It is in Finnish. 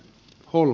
hol